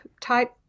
type